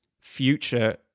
future